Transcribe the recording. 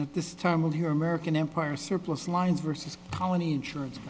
at this time of year american empire surplus lines versus colony insurance